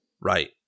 Right